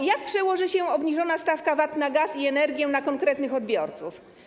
Jak bowiem przełoży się obniżona stawka VAT na gaz i energię na konkretnych odbiorców?